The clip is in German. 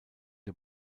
der